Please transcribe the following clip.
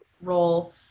role